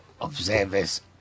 observers